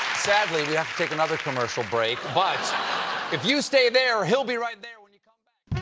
sadly, we have to take another commercial break, but if you stay there, he'll be right there when you come back.